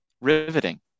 riveting